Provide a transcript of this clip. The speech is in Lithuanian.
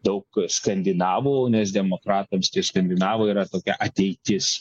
daug skandinavų nes demokratams tie skandinavai yra tokia ateitis